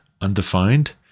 undefined